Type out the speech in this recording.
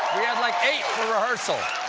we had, like, eight for rehearsal!